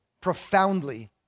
profoundly